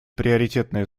приоритетное